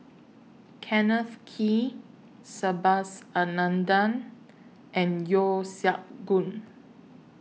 Kenneth Kee Subhas Anandan and Yeo Siak Goon